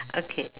okay